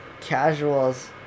Casuals